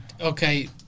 okay